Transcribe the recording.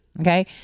okay